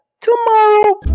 tomorrow